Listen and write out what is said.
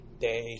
day